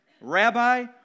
Rabbi